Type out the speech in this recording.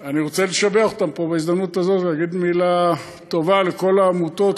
אני רוצה לשבח אותן פה בנושא הזה ולהגיד מילה טובה לכל העמותות,